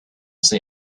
say